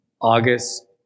August